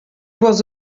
was